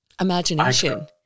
imagination